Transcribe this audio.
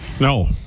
No